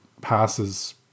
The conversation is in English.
passes